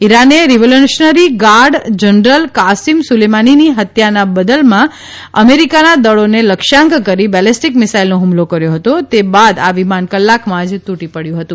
ઇરાને revolutionary guard general Qasem સુલેમનીની હત્યાના બદલામાં અમેરિકાના દળોને લક્ષ્યાંક કરી બેલેસ્ટીક મિસાઇલનો હમલો કર્યો હતો તે બાદ આ વિમાન કલાકમાં જ તૂટી પડ્યું હતું